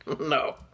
No